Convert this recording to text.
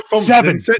Seven